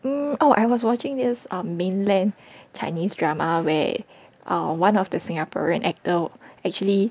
oh I was watching this mainland Chinese drama where err one of the singaporean actor actually